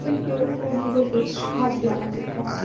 कुछ सोच कर मुझे पीछे हट जाना पड़ता है